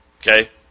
Okay